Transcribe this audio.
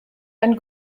ein